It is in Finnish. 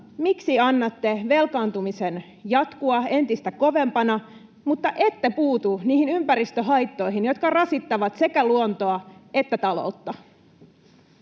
miksi annatte velkaantumisen jatkua entistä kovempana, mutta ette puutu niihin ympäristöhaittoihin, jotka rasittavat sekä luontoa että taloutta?